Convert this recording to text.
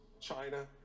China